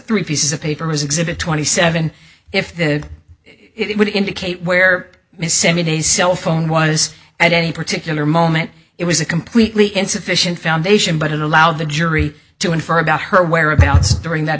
three pieces of paper is exhibit twenty seven if the it would indicate where missing a cell phone was at any particular moment it was a completely insufficient foundation but it allowed the jury to infer about her whereabouts during that